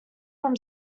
from